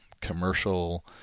commercial